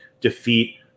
defeat